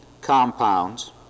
compounds